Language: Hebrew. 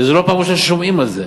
וזו לא פעם ראשונה ששומעים על זה.